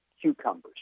cucumbers